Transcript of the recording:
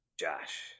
Josh